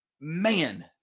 man